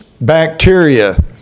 bacteria